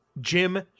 Jim